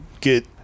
get